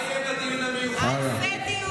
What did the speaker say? ארז, אלפי דיונים, ארז.